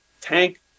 tank